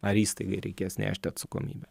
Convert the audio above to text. ar įstaigai reikės nešt atsakomybę